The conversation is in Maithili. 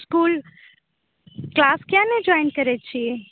इसकुल क्लास किआ नहि ज्वाइन करए छी